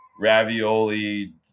ravioli